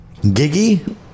Giggy